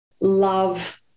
love